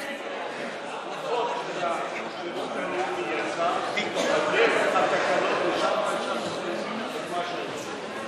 זה לא צריך להיות בחקיקה, התקנות לא צריך חוק.